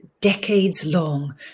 decades-long